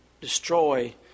destroy